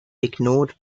ignored